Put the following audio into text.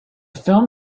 film